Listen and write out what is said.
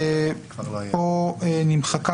פה נמחק,